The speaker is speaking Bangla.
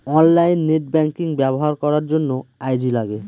অনলাইন নেট ব্যাঙ্কিং ব্যবহার করার জন্য আই.ডি লাগে